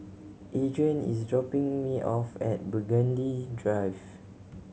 Adrain is dropping me off at Burgundy Drive